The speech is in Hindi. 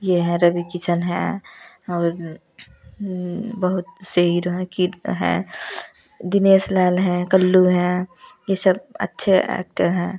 ये हैं रवि किशन हैं और बहुत से हीरो हैं किट हैं दिनेश लाल हैं कल्लू हैं ये सब अच्छे ऐक्टर हैं